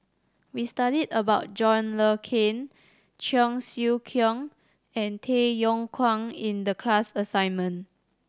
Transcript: we studied about John Le Cain Cheong Siew Keong and Tay Yong Kwang in the class assignment